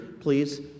please